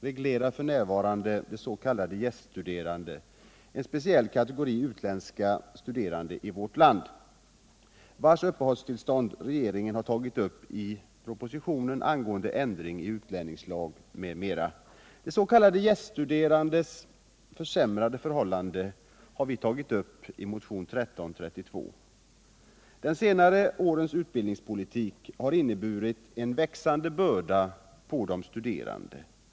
Dessa förhållanden för de gäststuderande, en speciell kategori av utländska studerande i vårt land, regleras f. n. i 37 § utlänningskungörelsen. Regeringen har i propositionen om ändring i utlänningslagen, m.m. tagit upp frågan om dessa studerandes uppehållstillstånd. De gäststuderandes försämrade förhållanden hade vi redan före propositionens framläggande tagit upp i vår motion 1332. De senare årens utbildningspolitik har inneburit en växande börda på de studerande.